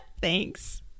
Thanks